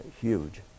huge